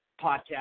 podcast